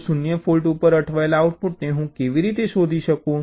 તો 0 ફૉલ્ટ ઉપર અટવાયેલા આઉટપુટને હું કેવી રીતે શોધી શકું